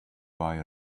buy